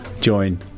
join